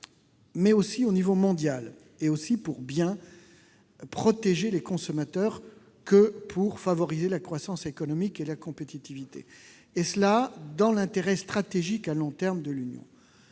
mais aussi « au niveau mondial », et « aussi bien pour protéger les consommateurs que pour favoriser la croissance économique et la compétitivité, conformément aux intérêts stratégiques à long terme de l'Union.